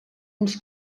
uns